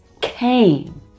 came